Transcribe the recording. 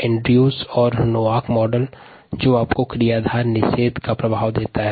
Andrews और Noack model क्रियाधार अवरोधन का प्रभाव देता है